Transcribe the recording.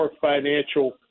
financial